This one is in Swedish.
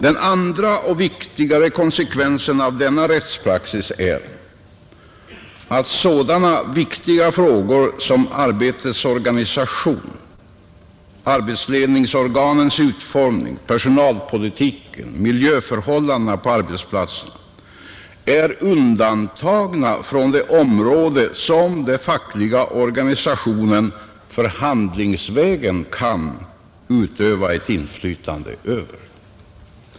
Den andra och viktigare konsekvensen av denna rättspraxis är att sådana viktiga frågor som arbetets organisation, arbetsledningsorganens utformning, personalpolitiken och miljöförhållandena på arbetsplatsen är undantagna från det område som den fackliga organisationen förhandlingsvägen kan utöva ett inflytande över.